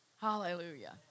Hallelujah